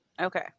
Okay